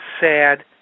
sad